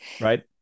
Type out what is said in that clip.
right